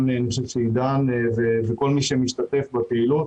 גם עידן וכל מי שמשתתף בפעילות.